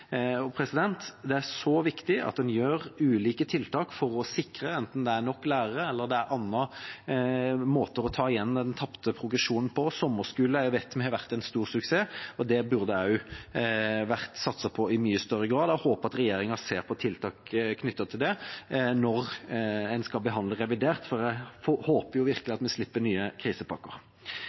Det er så viktig at en gjør ulike tiltak for å sikre dette, enten det gjelder nok lærere eller andre måter å ta igjen den tapte progresjonen på. Vi vet at sommerskole har vært en stor suksess, og det burde det også vært satset på i mye større grad. Jeg håper at regjeringa ser på tiltak knyttet til det når en skal behandle revidert, for jeg håper virkelig at vi slipper nye krisepakker.